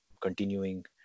continuing